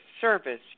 service